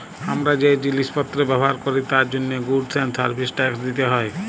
হামরা যে জিলিস পত্র ব্যবহার ক্যরি তার জন্হে গুডস এন্ড সার্ভিস ট্যাক্স দিতে হ্যয়